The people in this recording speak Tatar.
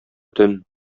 төн